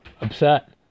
upset